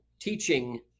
teaching